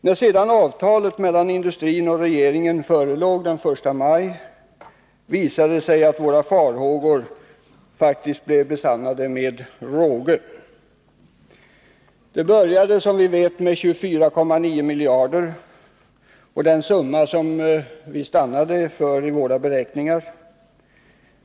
När sedan avtalet mellan industrin och regeringen förelåg den 1 maj visade det sig att våra farhågor faktiskt blev besannade med råge. Det började som vi vet med 24,9 miljarder — den summa som vi stannade för i våra beräkningar.